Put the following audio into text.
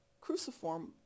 cruciform